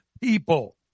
people